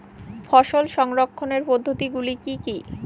ফসল সংরক্ষণের পদ্ধতিগুলি কি কি?